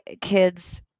kids